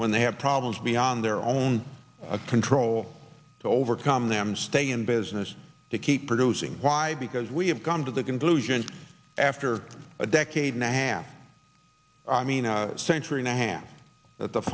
when they have problems beyond their own control to overcome them stay in business to keep producing why because we have come to the conclusion after a decade and a half i mean a century and a half th